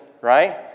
right